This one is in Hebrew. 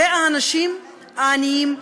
אלה האנשים העניים,